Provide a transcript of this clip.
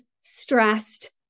stressed